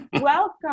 welcome